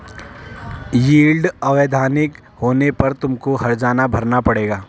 yield अवैधानिक होने पर तुमको हरजाना भरना पड़ेगा